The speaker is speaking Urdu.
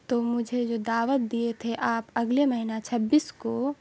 تو مجھے جو دعوت دیے تھے آپ اگلے مہینا چھبیس کو